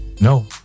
No